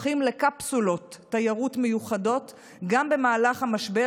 הופכים לקפסולות תיירות מיוחדות גם במהלך המשבר,